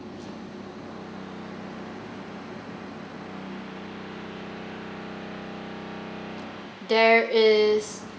there is